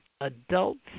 adults